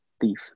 thief